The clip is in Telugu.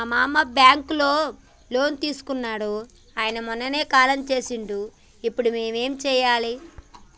మా మామ బ్యాంక్ లో లోన్ తీసుకున్నడు అయిన మొన్ననే కాలం చేసిండు ఇప్పుడు మేం ఏం చేయాలి?